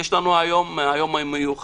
יש לנו היום, יום מיוחד